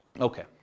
Okay